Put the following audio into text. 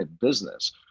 business